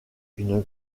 une